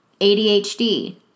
ADHD